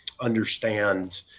understand